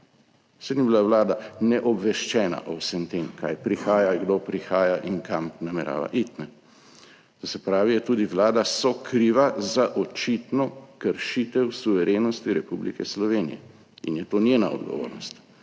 Saj ni bila Vlada ne obveščena o vsem tem, kaj prihaja, kdo prihaja in kam namerava iti. To se pravi, je tudi Vlada sokriva za očitno kršitev suverenosti Republike Slovenije in je to njena odgovornost.